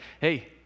hey